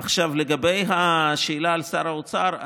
עכשיו לגבי השאלה על שר האוצר,